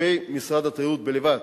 מכספי משרד התיירות בלבד,